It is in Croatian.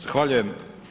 Zahvaljujem.